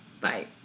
Bye